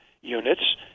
units